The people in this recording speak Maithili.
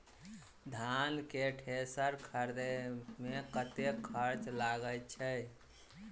धान केँ थ्रेसर खरीदे मे कतेक खर्च लगय छैय?